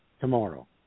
tomorrow